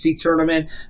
tournament